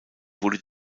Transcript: wurde